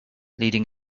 leading